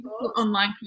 online